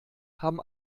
haben